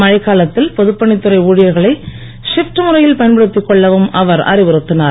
மழைக்காலத்தில் பொதுப்பணித் துறை ஊழியர்களை ஷிப்ட் முறையில் பயன்படுத்திக் கொள்ளவும் அவர் அறிவுறுத்தினார்